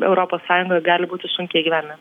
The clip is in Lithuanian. europos sąjungoj gali būti sunkiai įgyvendinta